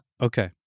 Okay